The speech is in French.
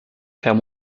faire